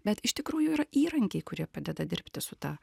bet iš tikrųjų yra įrankiai kurie padeda dirbti su ta